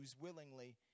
willingly